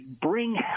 bring